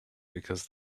because